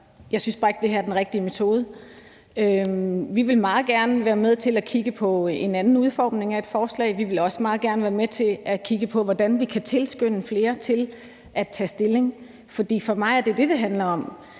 jeg synes bare ikke, at det her er den rigtige metode. Vi vil meget gerne være med til at kigge på en anden udformning af et forslag. Vi vil også meget gerne være med til at kigge på, hvordan vi kan tilskynde flere til at tage stilling, for for mig er det det, det handler om.